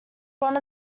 one